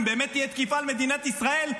אם תהיה תקיפה על מדינת ישראל,